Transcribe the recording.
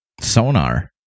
Sonar